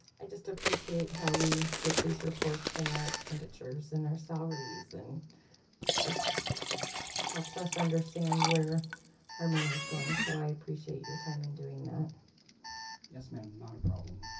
just appreciate how we get these reports and our expenditures and our salaries and it helps us understand where our money's going so i appreciate your time in doing that yes, ma'am, not a problem